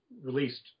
released